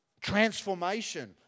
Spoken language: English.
transformation